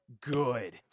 good